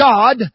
God